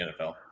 NFL